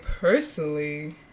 personally